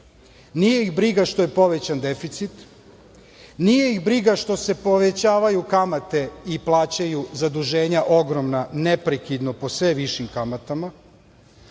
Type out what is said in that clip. nije ih briga što je povećan deficit, nije ih briga što se povećavaju kamate i plaćaju zaduženja ogromna neprekidno po sve višim kamatama.